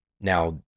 Now